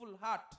heart